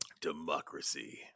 Democracy